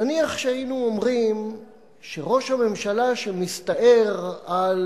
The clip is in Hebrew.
נניח שהיינו אומרים שראש הממשלה שמסתער על